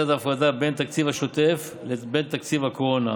לצד הפרדה בין התקציב השוטף לבין תקציב הקורונה